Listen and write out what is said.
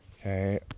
Okay